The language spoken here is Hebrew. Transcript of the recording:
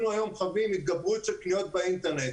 אנחנו היום חווים התגברות של קניות באינטרנט.